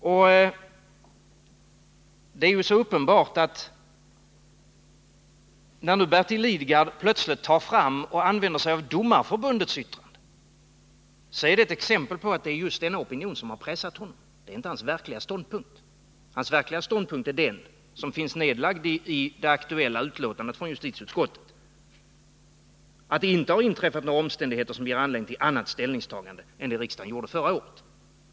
Och det är ju så uppenbart, att när Bertil Lidgard plötsligt tar fram Domareförbundets yttrande och använder sig av det, så är det ett exempel på att det är just denna opinion som har pressat honom — det är inte hans verkliga ståndpunkt. Hans verkliga ståndpunkt är den som finns i det aktuella betänkandet från justitieutskottet, att det inte har inträffat några omständigheter som ger anledning till annat ställningstagande än det riksdagen gjorde förra året.